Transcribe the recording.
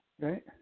Right